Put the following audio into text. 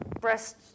breast